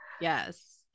Yes